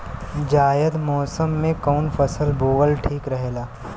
जायद मौसम में कउन फसल बोअल ठीक रहेला?